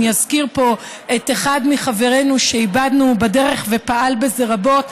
אני אזכיר פה את אחד מחברנו שאיבדנו בדרך ופעל בזה רבות,